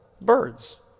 birds